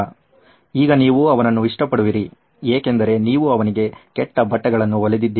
ಈಗ ನೀವು ಅವನ್ನು ಇಷ್ಟಪಡುವಿರಿ ಏಕೆಂದರೆ ನೀವು ಅವನಿಗೆ ಕೆಟ್ಟ ಬಟ್ಟೆಗಳನ್ನು ಹೊಲಿದಿದ್ದೀರಿ